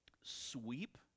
sweep